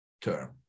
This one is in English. term